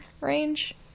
range